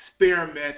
experiment